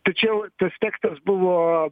tačiau tas tekstas buvo